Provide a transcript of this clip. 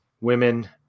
women